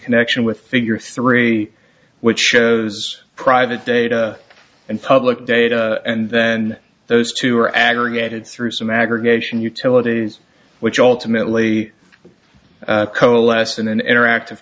connection with figure three which shows private data and public data and then those two are aggregated through some aggregation utilities which ultimately coalesce in an interactive